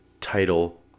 title